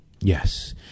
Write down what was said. Yes